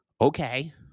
Okay